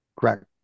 correct